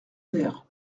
ter